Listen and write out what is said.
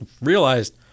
realized